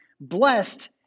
blessed